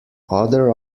other